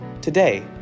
Today